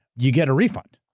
you get a refund.